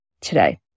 today